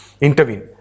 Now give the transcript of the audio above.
intervene